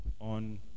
on